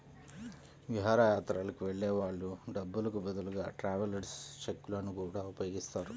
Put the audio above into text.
విహారయాత్రలకు వెళ్ళే వాళ్ళు డబ్బులకు బదులుగా ట్రావెలర్స్ చెక్కులను గూడా ఉపయోగిస్తారు